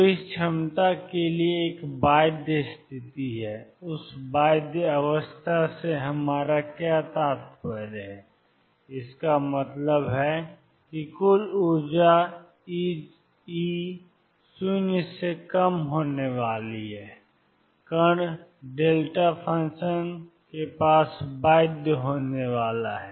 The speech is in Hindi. तो इस क्षमता के लिए एक बाध्य स्थिति है उस बाध्य अवस्था से हमारा क्या तात्पर्य है इसका मतलब है कि कुल ऊर्जा E 0 से कम होने वाली है कण फ़ंक्शन के पास बाध्य होने वाला है